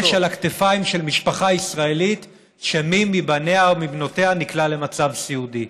על הכתפיים של משפחה ישראלית שמי מבניה או בנותיה נקלע למצב סיעודי.